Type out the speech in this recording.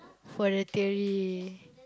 for the theory